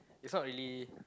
is not really